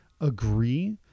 agree